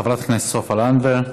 חברת הכנסת סופה לנדבר.